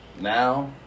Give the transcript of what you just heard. now